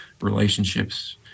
relationships